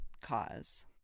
cause